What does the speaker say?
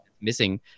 missing